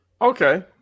okay